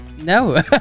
no